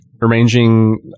arranging